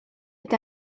est